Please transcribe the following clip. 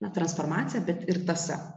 na transformacija bet ir tąsa